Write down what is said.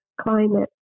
climate